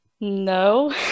No